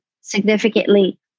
significantly